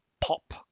pop